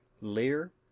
Lear